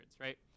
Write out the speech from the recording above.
right